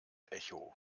echo